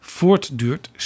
voortduurt